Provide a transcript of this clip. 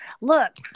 look